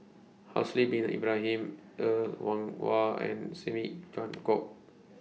Haslir Bin Ibrahim Er Kwong Wah and Tan